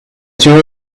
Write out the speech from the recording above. two